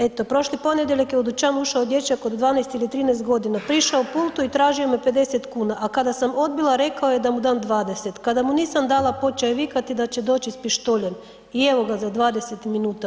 Eto prošli ponedjeljak je u dućan ušao dječak od 12 ili 13 godina, prišao pultu i tražio me 50 kuna, a kada sam odbila rekao je da mu dam 20. kada mu nisam dala počeo je vikati da će doći s pištoljem i evo ga za 20 minuta.